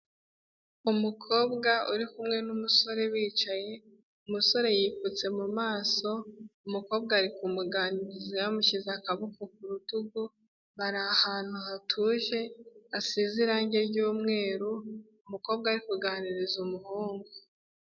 Umukobwa uri kumwe n'umusore bicaye, umusore yipfutse mu maso, umukobwa ari kumuganiriza yamushyize akaboko ku rutugu, bari ahantu hatuje, hasize irangi ry'umweru, umukobwa ari kuganiriza umuhungu.